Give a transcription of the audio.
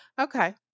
Okay